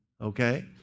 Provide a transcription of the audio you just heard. Okay